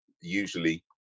usually